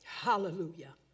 Hallelujah